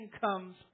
comes